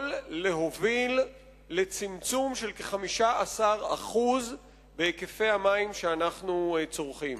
יכולה להוביל לצמצום של כ-15% בהיקף המים שאנו צורכים.